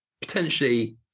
potentially